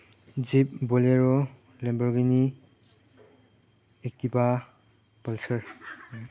jeep bolero Lamborghini Activa pulsar